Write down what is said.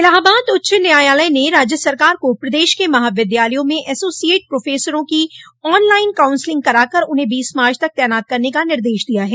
इलाहाबाद उच्च न्यायालय ने राज्य सरकार को प्रदेश के महाविद्यालयों में एसोसिएट प्रोफसरों की ऑन लाइन काउंसिलिंग कराकर उन्हें बीस मार्च तक तैनात करने का निर्देश दिया है